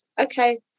Okay